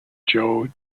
joe